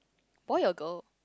boy or girl